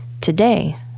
today